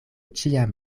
ĉiam